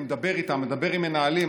אני מדבר איתם, מדבר עם מנהלים.